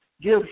give